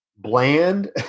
bland